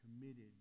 committed